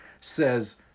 says